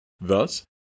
Thus